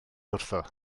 wrtho